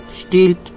stiehlt